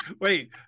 wait